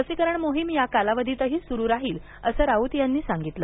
लसीकरण मोहीम या कालावधीतही सुरु राहील असं राऊत यांनी सांगितलं